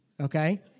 okay